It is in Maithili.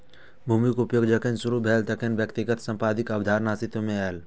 भूमिक उपयोग जखन शुरू भेलै, तखने व्यक्तिगत संपत्तिक अवधारणा अस्तित्व मे एलै